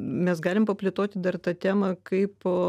mes galim paplėtoti dar tą temą kaip